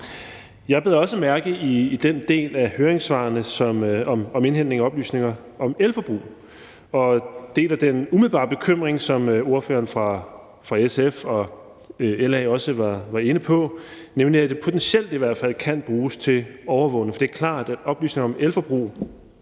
Jeg bed også mærke i den del af høringssvarene, der drejer sig om indhentning af oplysninger om elforbrug, og deler den umiddelbare bekymring, som ordførererne fra SF og LA også var inde på, nemlig at det i hvert fald potentielt kan bruges til overvågning. For det er klart, at oplysninger om elforbrug